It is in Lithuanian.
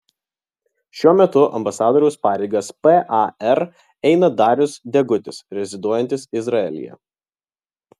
šiuo metu ambasadoriaus pareigas par eina darius degutis reziduojantis izraelyje